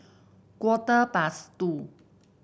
quarter past two